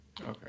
Okay